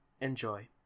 Enjoy